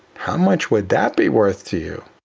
how much would that be worth to you?